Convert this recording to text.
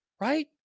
right